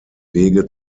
wege